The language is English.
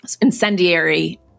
incendiary